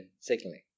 signaling